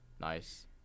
nice